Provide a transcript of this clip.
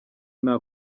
nta